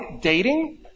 dating